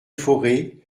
fauré